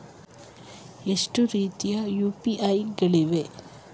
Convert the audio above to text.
ಎಷ್ಟು ರೀತಿಯ ಯು.ಪಿ.ಐ ಗಳಿವೆ?